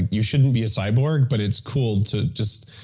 you shouldn't be a cyborg but it's cool to just.